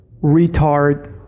retard